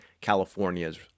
California's